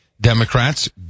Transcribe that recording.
Democrats